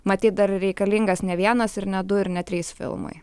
matyt dar reikalingas ne vienas ir ne du ir net trys filmai